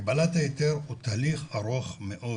קבלת היתר הוא תהליך ארוך מאוד